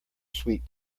sweet